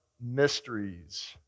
mysteries